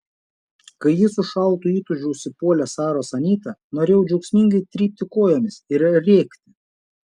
kai ji su šaltu įtūžiu užsipuolė saros anytą norėjau džiaugsmingai trypti kojomis ir rėkti